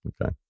Okay